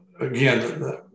again